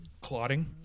clotting